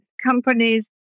companies